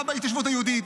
מה בהתיישבות היהודית,